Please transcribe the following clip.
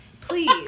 Please